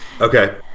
Okay